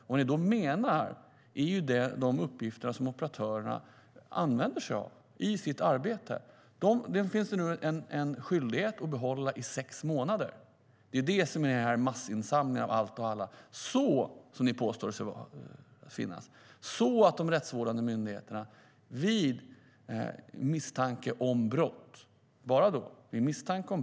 Vad ni då menar är de uppgifter som operatörerna använder sig av i sitt arbete. Det finns nu en skyldighet för dem att behålla dessa uppgifter i sex månader - det som ni påstår är massinsamling av allt och alla - så att de rättsvårdande myndigheterna vid misstanke om brott, och bara då, kan hämta in dessa uppgifter.